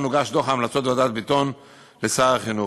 הוגש דוח המלצות ועדת ביטון לשר החינוך.